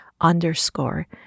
underscore